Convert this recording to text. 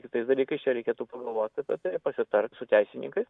kitais dalykais čia reikėtų pagalvot apie tai pasitart su teisininkais